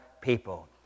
people